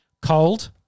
cold